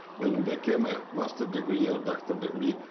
when you became a master degree or doctor degree,